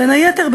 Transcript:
בין היתר,